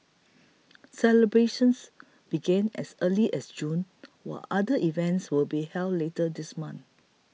celebrations began as early as June while other events will be held later this month